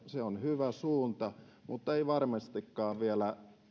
se on hyvä suunta mutta ei varmastikaan vielä